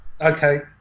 Okay